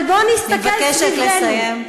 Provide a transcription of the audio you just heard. אני מבקשת לסיים.